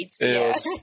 yes